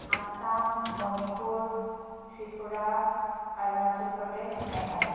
Assam Manipur Tripura Arunachal Pradesh Meghalaya